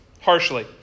harshly